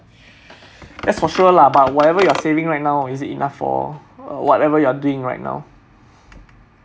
that's for sure lah but whatever you're saving right now is it enough for uh whatever you are doing right now